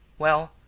well,